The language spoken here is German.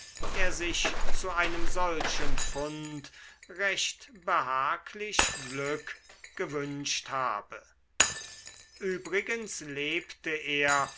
er sich zu einem solchen fund recht behaglich glück gewünscht habe übrigens lebte er